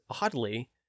oddly